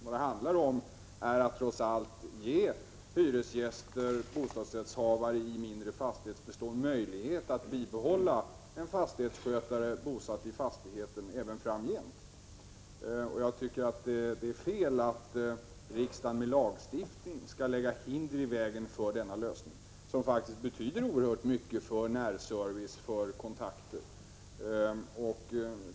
Vad det handlar om är att trots allt ge hyresgäster och bostadsrättshavare i mindre fastighetsbestånd möjlighet att även framgent behålla en fastighetsskötare bosatt i fastigheten. Jag tycker att det är fel att riksdagen med lagstiftning skall lägga hinder i vägen för en sådan lösning, som faktiskt betyder oerhört mycket för närservice och kontakter.